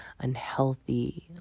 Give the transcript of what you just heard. unhealthy